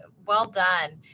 ah well done.